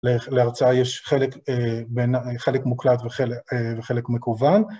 להרצאה יש חלק מוקלט וחלק מקוון.